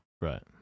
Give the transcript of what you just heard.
Right